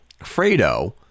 fredo